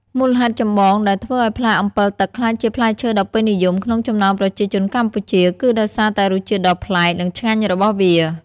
មូលហេតុចម្បងដែលធ្វើឱ្យផ្លែអម្ពិលទឹកក្លាយជាផ្លែឈើដ៏ពេញនិយមក្នុងចំណោមប្រជាជនកម្ពុជា គឺដោយសារតែរសជាតិដ៏ប្លែក និងឆ្ងាញ់របស់វា។